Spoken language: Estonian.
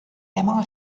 ema